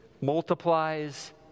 multiplies